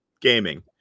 gaming